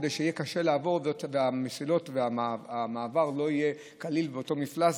כדי שיהיה קשה לעבור במסילות והמעבר לא יהיה קליל באותו מפלס,